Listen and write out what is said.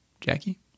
Jackie